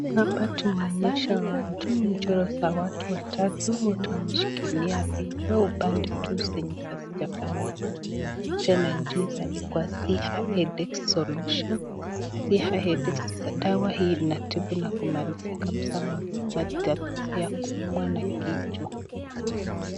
Hapa tumeonyeshwa watu, mchoro za watu watatu. Wote wameshikilia vichwa upande tu zenye hata hazijafanana. Tena juu imeandikwa Siha headache solution . Siha headache , dawa hii inatibu na kumaliza kabisa matatizo ya kuumwa na kichwa.